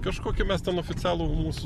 kažkokį mes ten oficialų mūsų